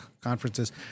conferences